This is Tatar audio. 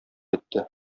итте